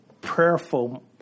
prayerful